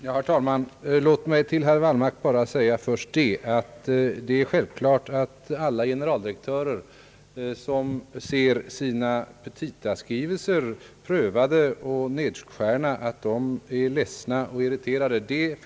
Herr talman! Låt mig till herr Wallmark säga, att det är självklart att alla generaldirektörer som ser sina petitaframställningar nedskurna är ledsna och irriterade för den sakens skull.